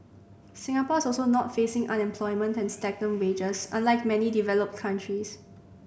Singapore is also not facing unemployment and stagnant wages unlike many developed countries